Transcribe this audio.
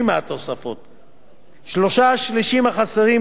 שלושה השלישים החסרים בעד אותן שנים ישלמו